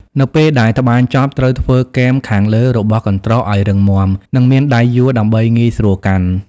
នៅពេលដែលត្បាញចប់ ត្រូវធ្វើគែមខាងលើរបស់កន្ត្រកឲ្យរឹងមាំ និងមានដៃយួរដើម្បីងាយស្រួលកាន់។